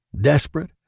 Desperate